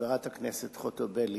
חברת הכנסת חוטובלי.